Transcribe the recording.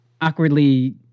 awkwardly